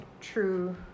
true